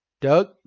Doug